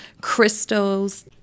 crystals